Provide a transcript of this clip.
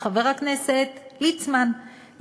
חבר הכנסת ליצמן,